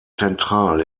zentral